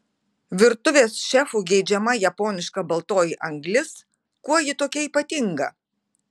virtuvės šefų geidžiama japoniška baltoji anglis kuo ji tokia ypatinga